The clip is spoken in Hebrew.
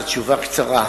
זו תשובה קצרה.